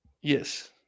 Yes